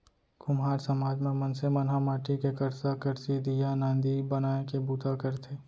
कुम्हार समाज म मनसे मन ह माटी के करसा, करसी, दीया, नांदी बनाए के बूता करथे